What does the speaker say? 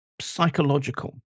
psychological